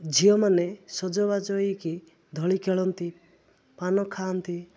ଝିଅମାନେ ସଜବାଜ ହେଇକି ଧରି ଖେଳନ୍ତି ପାନ ଖାଆନ୍ତି